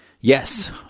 yes